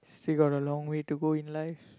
still got a long way to go in life